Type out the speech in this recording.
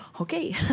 okay